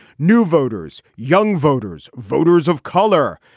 new voters, young voters, voters of color,